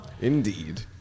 Indeed